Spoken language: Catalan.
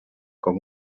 com